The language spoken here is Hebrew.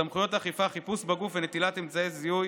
בוסו יכהן חבר הכנסת יונתן מישרקי,